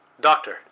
Doctor